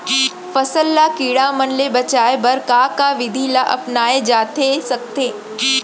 फसल ल कीड़ा मन ले बचाये बर का का विधि ल अपनाये जाथे सकथे?